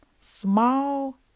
small